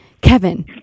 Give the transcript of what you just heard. kevin